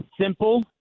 simple